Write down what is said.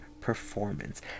performance